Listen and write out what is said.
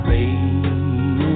Rain